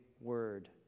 word